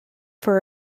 for